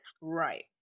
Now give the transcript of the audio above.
Right